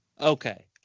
Okay